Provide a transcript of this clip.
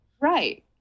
Right